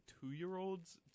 two-year-olds